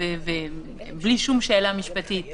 בלי שום שאלה משפטית